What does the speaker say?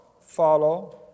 follow